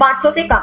500 से कम